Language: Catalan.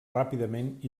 ràpidament